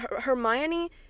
Hermione